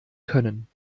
können